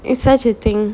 it's such a thing